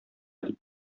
дип